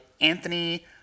Anthony